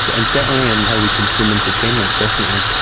and certainly and how we consume entertainment, definitely.